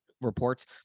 reports